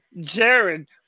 Jared